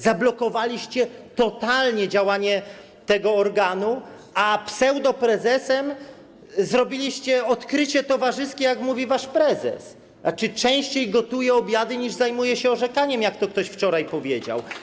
Zablokowaliście totalnie działanie tego organu, a pseudoprezesem zrobiliście odkrycie towarzyskie, jak mówi wasz prezes - częściej gotuje obiady, niż zajmuje się orzekaniem, jak to ktoś wczoraj powiedział.